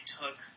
took